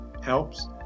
helps